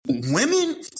Women